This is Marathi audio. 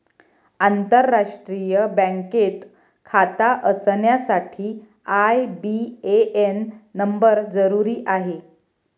आंतरराष्ट्रीय बँकेत खाता असण्यासाठी आई.बी.ए.एन नंबर जरुरी आहे